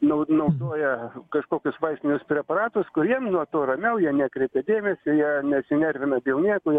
nau naudoja kažkokius vaistinius preparatus kur jiem nuo to ramiau jie nekreipia dėmesio jie nesinervina dėl nieko jie